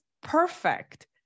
perfect